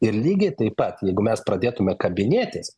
ir lygiai taip pat jeigu mes pradėtume kabinėtis